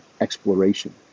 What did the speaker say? exploration